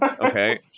Okay